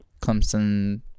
Clemson